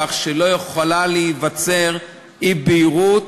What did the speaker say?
כך שלא יכולה להיווצר אי-בהירות,